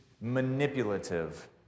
manipulative